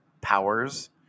powers